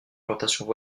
plantations